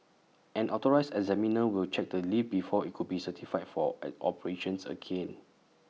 an authorised examiner will check the lift before IT could be certified for and operations again